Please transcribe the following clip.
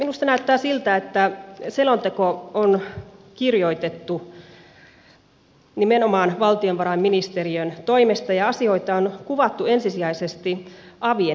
minusta näyttää siltä että selonteko on kirjoitettu nimenomaan valtiovarainministeriön toimesta ja asioita on kuvattu ensisijaisesti avien näkökulmasta